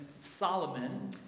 Solomon